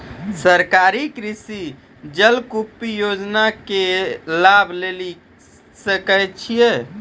सरकारी कृषि जलकूप योजना के लाभ लेली सकै छिए?